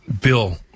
Bill